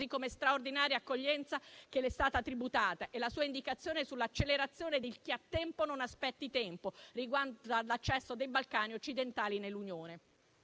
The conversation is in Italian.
così come la straordinaria accoglienza che le è stata tributata, e la sua indicazione sull'accelerazione del "chi ha tempo non aspetti tempo", riguardo l'accesso dei Balcani occidentali nell'Unione.